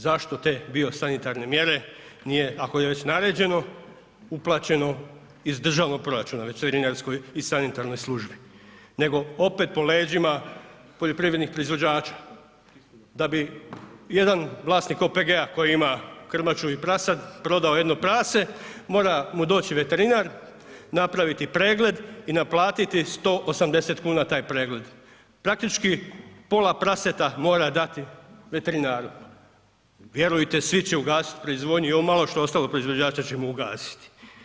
Zašto te bio sanitarne mjere nije, ako je već naređeno, uplaćeno iz državnog proračuna veterinarskoj i sanitarnoj službi, nego opet po leđima poljoprivrednih proizvođača, da bi jedan vlasnik OPG-a koji ima krmaču i prasad prodao jedno prase mora mu doći veterinar, napraviti pregled i naplatiti 180,00 kn taj pregled, praktički pola praseta mora dati veterinaru, vjerujte svi će ugasit proizvodnju i ovo malo što je ostalo proizvođača ćemo ugasiti.